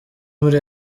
muri